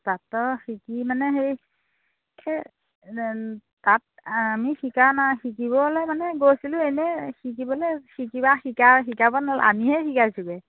তাঁতৰ শিকি মানে সেই তাঁত আমি শিকা নাই শিকিবলে মানে গৈছিলোঁ এনেই শিকিবলৈ শিকিবা শিকাৰ শিকাব ন'ল আমিহে শিকাইছোঁগৈ